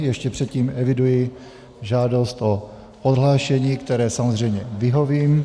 Ještě předtím eviduji žádost o odhlášení, které samozřejmě vyhovím.